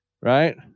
right